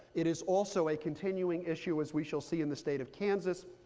it is also a continuing issue, as we shall see, in the state of kansas.